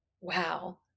wow